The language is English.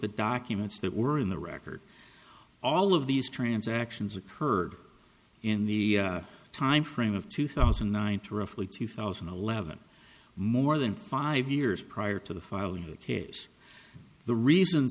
the documents that were in the record all of these transactions occurred in the timeframe of two thousand and nine to roughly two thousand and eleven more than five years prior to the filing case the reason